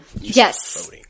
Yes